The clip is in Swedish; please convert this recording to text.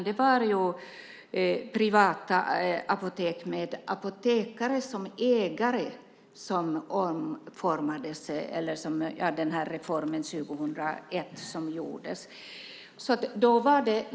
Det var privata apotek, med apotekare som ägare, som reformen 2001 omfattade.